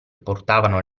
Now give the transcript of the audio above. portavano